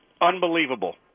unbelievable